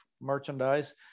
merchandise